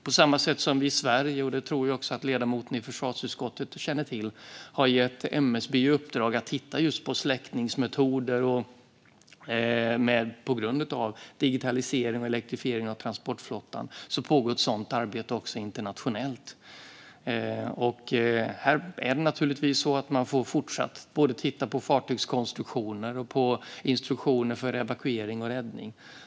I Sverige har vi, som jag tror att ledamoten i försvarsutskottet känner till, gett MSB i uppdrag att titta på släckningsmetoder. På grund av digitaliseringen och elektrifieringen av transportflottan pågår ett sådant arbete också internationellt. Här är det naturligtvis så att man fortsatt får titta både på fartygskonstruktioner och på instruktioner för evakuering och räddning.